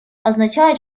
означает